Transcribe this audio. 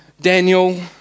Daniel